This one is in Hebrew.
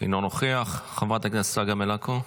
אינו נוכח, חברת הכנסת צגה מלקו,